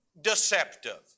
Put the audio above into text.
deceptive